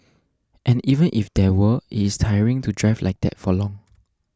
and even if there were it's tiring to drive like that for long